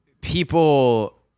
people